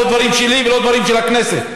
לא דברים שלי ולא דברים של הכנסת,